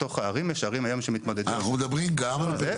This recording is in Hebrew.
יש ערים היום שמתמודדות --- אנחנו מדברים גם על הפריפריה.